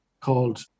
called